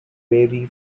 vary